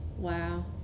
Wow